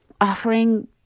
offering